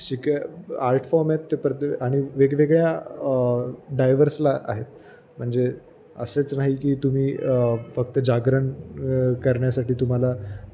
शिका art form आहेत ते परत आणि वेगवेगळ्या डायवर्सला आहेत म्हणजे असेच नाही की तुम्ही फक्त जागरण करण्यासाठी तुम्हाला